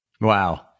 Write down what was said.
Wow